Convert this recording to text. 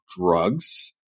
Drugs